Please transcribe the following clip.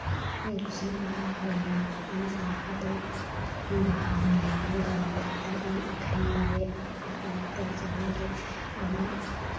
ᱠᱩᱥᱱᱤ ᱵᱟᱦᱟ ᱦᱩᱭᱱᱟ ᱚᱱᱟ ᱵᱟᱦᱟ ᱫᱚ ᱵᱟᱦᱟ ᱢᱟᱞᱟ ᱜᱟᱞᱟᱝ ᱠᱟᱛᱮᱫ ᱚᱱᱟᱢ ᱟᱠᱷᱨᱤᱧ ᱫᱟᱲᱮᱭᱟᱜᱼᱟ ᱟᱨ ᱚᱱᱟᱛᱮ ᱡᱟᱦᱟᱸ ᱜᱮ ᱟᱢᱟᱜ